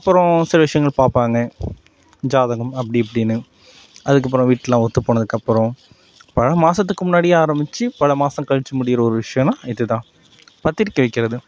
அப்புறம் சில விஷயங்கள் பார்ப்பாங்க ஜாதகம் அப்படி இப்படின்னு அதுக்கப்புறம் வீட்டில் ஒத்து போனதுக்கப்புறம் பல மாதத்துக்கு முன்னாடியே ஆரம்பித்து பல மாதம் கழித்து முடிகிற ஒரு விஷயம்னா அது இதுதான் பத்திரிக்கை வைக்கிறது